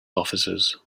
officers